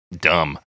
dumb